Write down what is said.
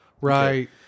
Right